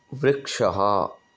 वृक्षः